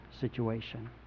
situation